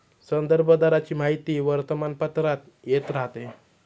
संदर्भ दराची माहिती वर्तमानपत्रात येत राहते